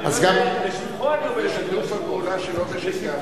לשבחו אני אומר, אדוני היושב-ראש.